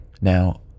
Now